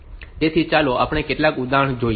તેથી ચાલો આપણે કેટલાક ઉદાહરણ જોઈએ